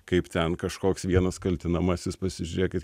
kaip ten kažkoks vienas kaltinamasis pasižiūrėkit